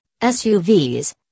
SUVs